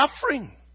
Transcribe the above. suffering